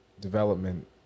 development